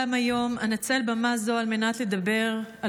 גם היום אנצל במה זו על מנת לדבר על